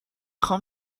خوام